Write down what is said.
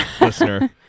listener